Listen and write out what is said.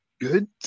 good